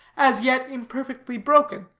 as yet imperfectly broken.